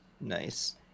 Nice